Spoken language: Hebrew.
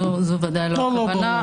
זו ודאי לא הכוונה.